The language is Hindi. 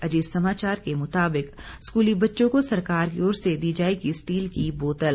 अजीत समाचार के मुताबिक स्कूली बच्चों को सरकार की ओर से दी जाएगी स्टील की बोतल